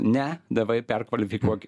ne davai perkvalifikuokim